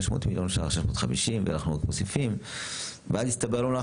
600-650 מיליון שח ואנחנו עוד מוספים ואז